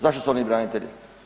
Zašto su oni branitelji.